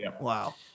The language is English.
Wow